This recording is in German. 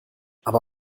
aber